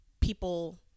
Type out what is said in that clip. people